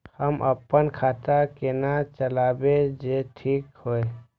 हम अपन खाता केना चलाबी जे ठीक होय?